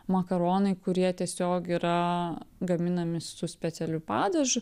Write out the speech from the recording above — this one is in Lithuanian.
makaronai kurie tiesiog yra gaminami su specialiu padažu